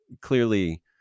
clearly